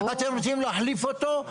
אתם רוצים להחליף אותו?